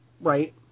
Right